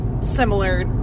similar